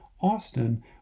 Austin